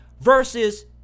versus